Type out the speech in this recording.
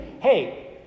hey